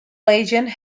legend